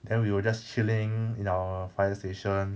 then we were just chilling in our fire station